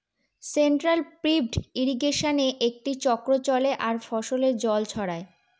central pivot ইর্রিগেশনে একটি চক্র চলে আর ফসলে জল ছড়ায়